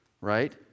right